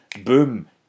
boom